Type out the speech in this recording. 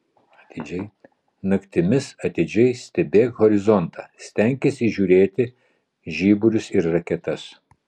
naktimis atidžiai stebėk horizontą stenkis įžiūrėti žiburius ir raketas